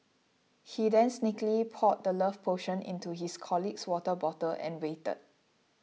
he then sneakily poured the love potion into his colleague's water bottle and waited